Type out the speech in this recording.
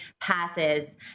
passes